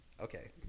Okay